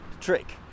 trick